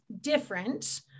different